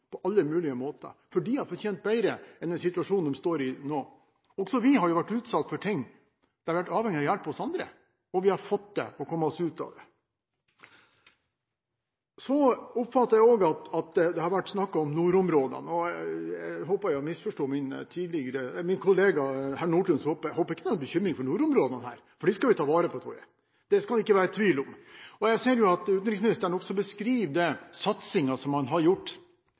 situasjonen de står i nå. Også vi har jo vært utsatt for ting der vi har vært avhengige av hjelp fra andre, og vi har fått det, og vi kom oss ut av det. Det har vært snakk om nordområdene, og jeg håper jeg misforsto min kollega herr Nordtun: Jeg håper ikke at han har en bekymring for nordområdene, for dem skal vi ta vare på, det skal det ikke være tvil om. Jeg ser at utenriksministeren også beskriver den satsingen som man har gjort,